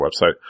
website